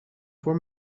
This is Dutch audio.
voor